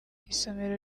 isomero